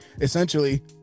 essentially